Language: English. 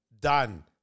Done